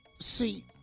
See